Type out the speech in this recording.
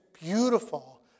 beautiful